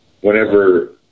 whenever